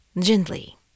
gently